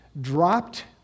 dropped